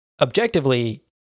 objectively